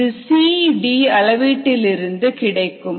இது CD அளவீட்டிலிருந்து கிடைக்கும்